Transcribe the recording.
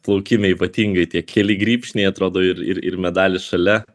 plaukime ypatingai tie keli grybšniai atrodo ir ir ir medalis šalia